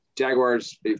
jaguars